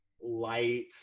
light